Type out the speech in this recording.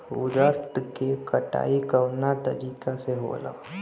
उरद के कटाई कवना तरीका से होला?